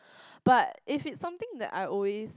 but if it's something that I always